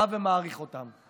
בא ומאריך להם.